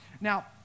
Now